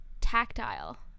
tactile